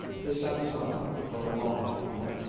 they sat silent for a long time.